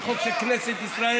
זה חוק של כנסת ישראל,